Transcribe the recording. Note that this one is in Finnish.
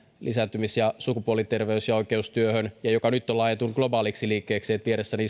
lisääntymis ja sukupuoliterveys ja oikeustyöhön ja joka nyt on laajentunut globaaliksi liikkeeksi vieressäni